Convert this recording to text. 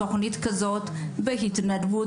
תוכנית כזאת בהתנדבות,